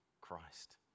Christ